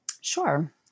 Sure